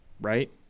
right